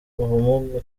ubumuga